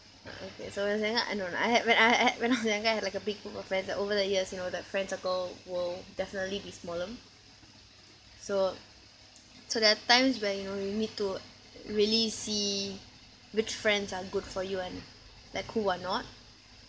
uh okay so when I was younger uh I had when I had had when I was younger I had like a big group of friends that over the years you know that friend circle will definitely be smaller so so there are times where you know you need to really see which friends are good for you and like who are not